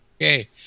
Okay